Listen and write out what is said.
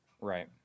Right